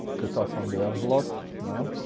cutoff on the envelope you know